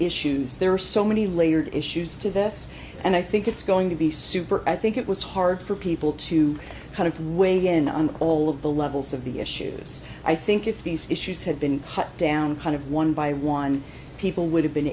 issues there are so many layered issues to this and i think it's going to be super i think it was hard for people to kind of weigh in on all of the levels of the issues i think if these issues had been shut down kind of one by one people would have been